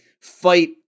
fight